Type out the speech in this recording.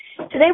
Today